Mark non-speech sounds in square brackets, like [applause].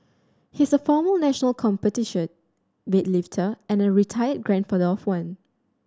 he is a former national [unintelligible] weightlifter and a retired grandfather of one